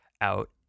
out